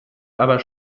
aber